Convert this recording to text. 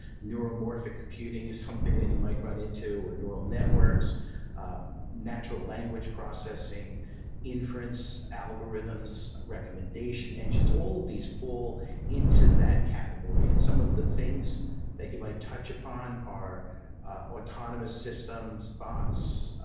neuromorphic computing is something that you might run into, or neural networks natural language processing inference inference algorithms recommendation engines. all of these fall into that category. and some of the things that you might touch upon are autonomous systems bots.